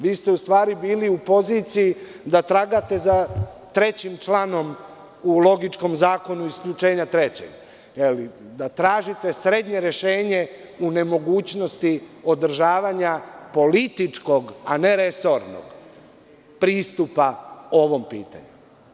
Vi ste u stvari bili u poziciji da tragate za trećim članom u logičkom zakonu isključenja trećeg, da tražite srednje rešenje u nemogućnosti održavanja političkog, a ne resornog pristupa ovom pitanju.